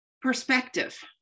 Perspective